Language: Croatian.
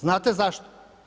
Znate zašto?